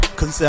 Cause